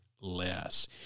less